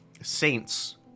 saints